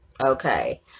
Okay